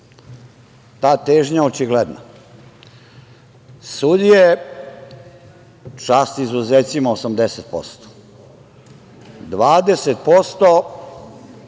Ta težnja je očigledna. Sudije, čast izuzecima, 80%, 20%